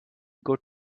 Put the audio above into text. good